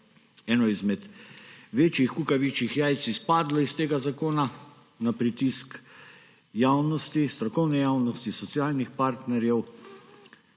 eno izmed večjih kukavičjih jajc izpadlo iz tega zakona na pritisk javnosti, strokovne javnosti, socialnih partnerjev,